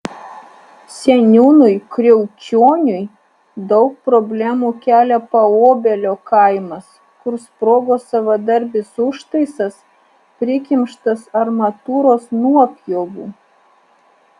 seniūnui kriaučioniui daug problemų kelia paobelio kaimas kur sprogo savadarbis užtaisas prikimštas armatūros nuopjovų